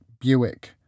Buick